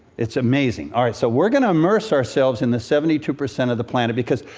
it's amazing. all right. so we're going to immerse ourselves in the seventy two percent of the planet because,